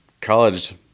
college